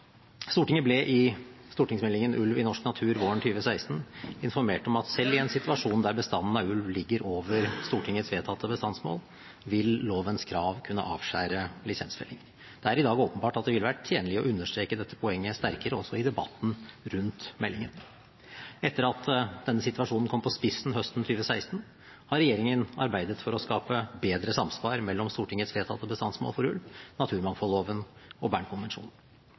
Stortinget ble i stortingsmeldingen Ulv i norsk natur våren 2016 informert om at selv i en situasjon der bestanden av ulv ligger over Stortingets vedtatte bestandsmål, vil lovens krav kunne avskjære lisensfelling. Det er i dag åpenbart at det ville vært tjenlig å understreke dette poenget sterkere også i debatten rundt meldingen. Etter at denne situasjonen ble satt på spissen høsten 2016, har regjeringen arbeidet for å skape bedre samsvar mellom Stortingets vedtatte bestandsmål for ulv, naturmangfoldloven og